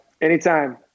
anytime